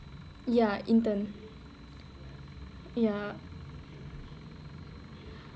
ya intern ya